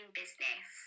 business